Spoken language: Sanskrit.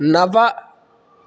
नव